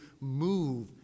move